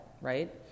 right